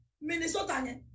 Minnesota